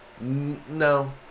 No